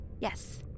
yes